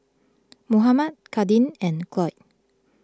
Mohammad Kadin and Cloyd